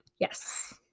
Yes